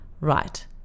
right